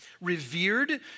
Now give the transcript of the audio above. revered